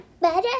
better